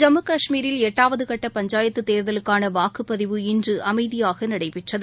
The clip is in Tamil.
ஜம்மு கஷ்மீரில் எட்டாவது கட்ட பஞ்சாயத்து தேர்தலுக்கான வாக்குப்பதிவு இன்று அமைதியாக நடைபெற்றது